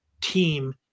team